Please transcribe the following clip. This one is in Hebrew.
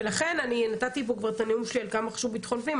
ולכן אני נתתי פה כבר את הנאום שלי על כמה חשוב ביטחון פנים,